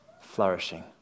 flourishing